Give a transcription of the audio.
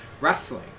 wrestling